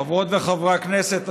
חברות וחברי הכנסת,